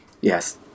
Yes